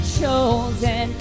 chosen